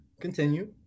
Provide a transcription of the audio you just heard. continue